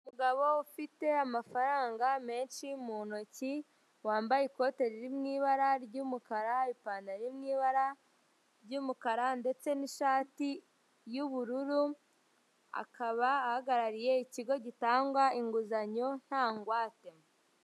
Umugabo ufite amafaranga menshi mu ntoki wambaye ikote riri mu ibara ry'umukara ipantaro ni ibara ry'umukara ndetse n'ishati y'ubururu akaba ahagarariye ikigo gitanga inguzanyo nta ngwate.